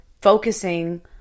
focusing